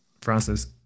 Francis